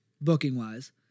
booking-wise